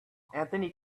anthony